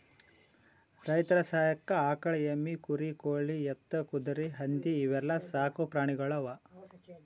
ರೈತರ್ ಸಹಾಯಕ್ಕ್ ಆಕಳ್, ಎಮ್ಮಿ, ಕುರಿ, ಕೋಳಿ, ಎತ್ತ್, ಕುದರಿ, ಹಂದಿ ಇವೆಲ್ಲಾ ಸಾಕ್ ಪ್ರಾಣಿಗೊಳ್ ಅವಾ